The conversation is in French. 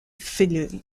filleul